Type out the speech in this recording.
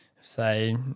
say